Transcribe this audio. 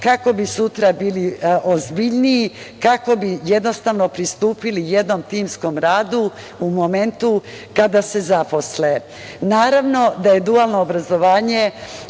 kako bi sutra bili ozbiljniji, kako bi pristupili jednom timskom radu u momentu kada se zaposle. Naravno da je dualno obrazovanje